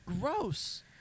gross